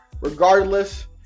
Regardless